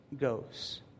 Goes